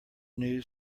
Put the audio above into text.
news